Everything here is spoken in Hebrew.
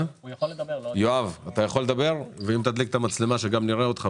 אני כמובן משתדל להגיע אבל היום לא יכולתי.